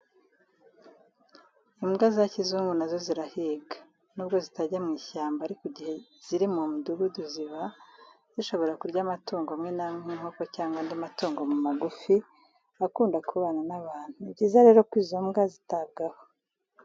Imbwa za kizungu na zo zirahiga nubwo zitajya mu ishyamba ariko igihe ziri mu midugudu ziba zishobora kurya amatungo amwe n'amwe nk'inkoko cyangwa andi matungo magufo akunda kubana n'abantu. Ni byiza rero ko izo mbwa zitabwaho.